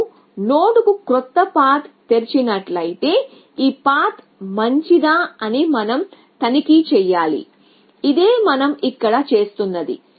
మేము నోడ్కు క్రొత్త పాత్ తెరిచినట్లయితే ఈ పాత్ మంచిదా అని మనం తనిఖీ చేయాలి ఇదే మనం ఇక్కడ చేస్తున్నది